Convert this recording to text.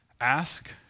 Ask